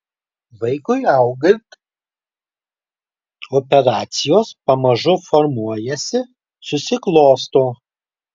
vaikui augant operacijos pamažu formuojasi susiklosto